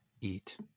eat